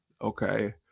okay